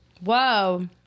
Whoa